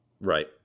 Right